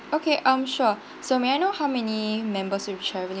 okay um sure so may I how many members will be travelling